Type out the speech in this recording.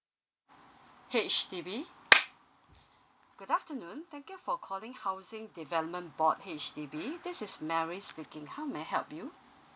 H_D_B good afternoon thank you for calling housing development board H_D_B this is mary speaking how may I help you